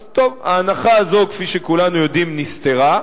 אז טוב, ההנחה הזו, כפי שכולם יודעים, נסתרה.